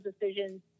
decisions